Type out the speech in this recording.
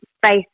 face